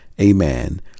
amen